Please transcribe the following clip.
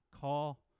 call